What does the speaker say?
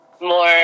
more